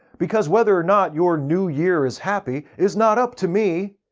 because whether or not your new year is happy is not up to me,